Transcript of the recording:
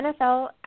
NFL